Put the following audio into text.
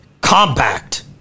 compact